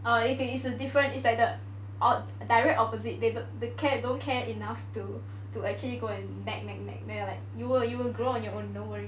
oh is a different is like a direct opposite they care don't care enough to to actually go and nag nag nag like you will you will grow on your own no worries